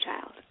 child